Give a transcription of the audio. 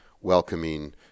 welcoming